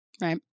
right